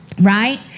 right